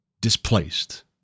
displaced